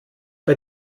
bei